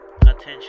Attention